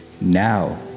Now